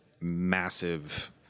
massive